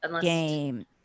game